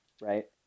right